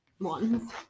ones